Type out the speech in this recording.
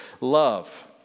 Love